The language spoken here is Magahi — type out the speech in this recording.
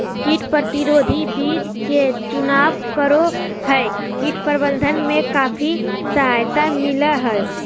कीट प्रतिरोधी बीज के चुनाव करो हइ, कीट प्रबंधन में काफी सहायता मिलैय हइ